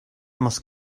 muss